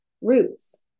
roots